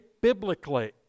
biblically